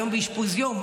היום הוא באשפוז יום,